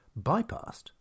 bypassed